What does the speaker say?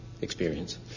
experience